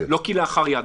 לא כלאחר יד.